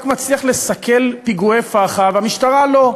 מצליח לסכל פיגועי פח"ע והמשטרה לא?